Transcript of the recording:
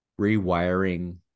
rewiring